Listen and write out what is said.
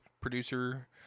producer